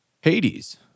Hades